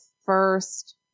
first